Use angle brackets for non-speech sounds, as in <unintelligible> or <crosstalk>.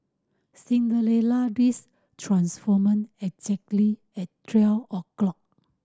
Cinderella <unintelligible> transformant exactly at twelve o'clock